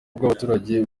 rw’abaturage